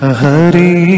hari